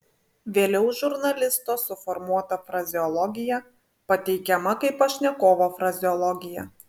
vėliau žurnalisto suformuota frazeologija pateikiama kaip pašnekovo frazeologija